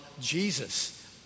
Jesus